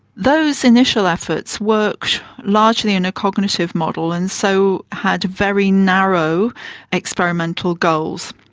those initial efforts worked largely in a cognitive model and so had very narrow experimental goals.